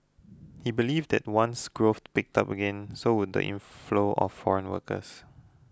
he believed that once growth picked up again so would the inflow of foreign workers